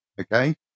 okay